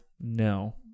No